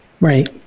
Right